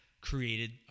created